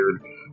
weird